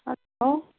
hello